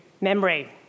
memory